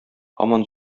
һаман